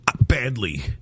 Badly